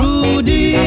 Rudy